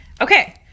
okay